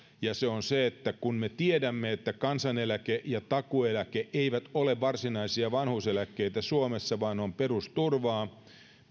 kun me tiedämme että kansaneläke ja takuueläke eivät ole varsinaisia vanhuuseläkkeitä suomessa vaan ne ovat perusturvaa ja